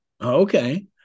Okay